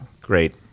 great